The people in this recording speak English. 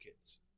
kids